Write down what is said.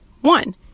One